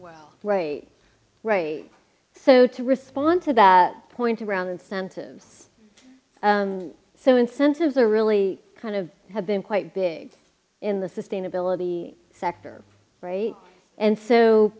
well right right so to respond to that point around incentives so incentives are really kind of have been quite big in the sustainability sector right and so